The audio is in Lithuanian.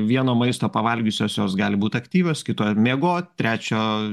vieno maisto pavalgiusios jos gali būt aktyvios kito miegot trečio